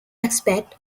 aspect